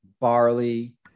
barley